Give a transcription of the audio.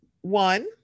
one